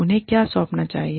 उन्हें क्या सौंपना चाहिए